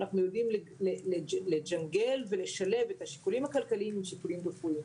אנחנו יודעים לג'נגל ולשלב את השיקולים הכלכליים עם שיקולים רפואיים.